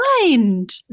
mind